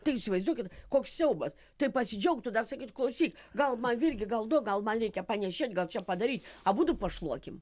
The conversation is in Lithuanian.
tai įsivaizduokit koks siaubas tai pasidžiaugtų dar sakyt klausyk gal man irgi gal du gal man reikia panėšėt gal čia padaryt abudu pašluokim